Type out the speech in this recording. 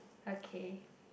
okay